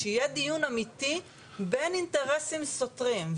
שיהיה דיון אמיתי בין אינטרסים סותרים.